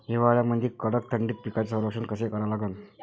हिवाळ्यामंदी कडक थंडीत पिकाचे संरक्षण कसे करा लागन?